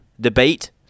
debate